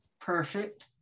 Perfect